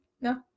No